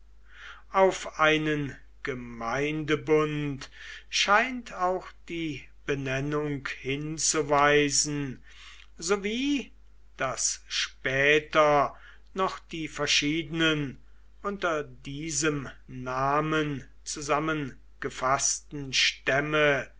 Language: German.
auf einen gemeindebund scheint auch die benennung hinzuweisen sowie daß später noch die verschiedenen unter diesem namen zusammengefaßten stämme